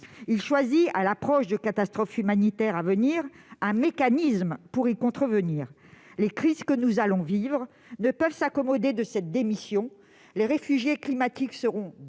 il choisit, à l'approche de catastrophes humanitaires à venir, un mécanisme pour que l'Union se dérobe à ses responsabilités. Les crises que nous allons vivre ne peuvent s'accommoder de cette démission. Les réfugiés climatiques seront